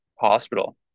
hospital